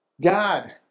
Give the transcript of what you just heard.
God